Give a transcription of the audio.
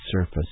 surface